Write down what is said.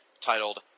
titled